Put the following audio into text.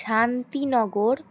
Shantinagar